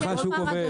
ככה השוק עובד.